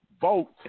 Vote